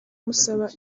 amusaba